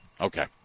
Okay